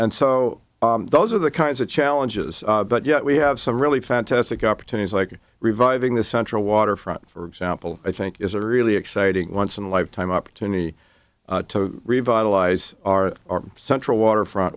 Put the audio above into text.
and so those are the kinds of challenges but yet we have some really fantastic opportunities like reviving the central waterfront for example i think is a really exciting once in a lifetime opportunity to revitalize our central waterfront